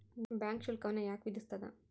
Bank ಶುಲ್ಕವನ್ನ ಯಾಕ್ ವಿಧಿಸ್ಸ್ತದ?